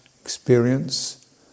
experience